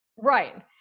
right